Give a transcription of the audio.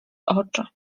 oczy